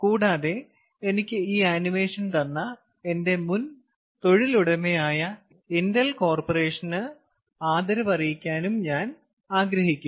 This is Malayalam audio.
കൂടാതെ എനിക്ക് ഈ ആനിമേഷൻ തന്ന എന്റെ മുൻ തൊഴിലുടമയായ ഇന്റൽ കോർപ്പറേഷന് ആദരവ് അറിയിക്കാനും ഞാൻ ആഗ്രഹിക്കുന്നു